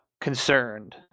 concerned